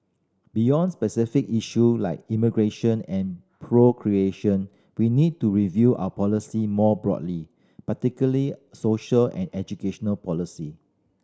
beyond specific issue like immigration and procreation we need to review our policy more broadly particularly social and education policy